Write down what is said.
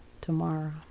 tomorrow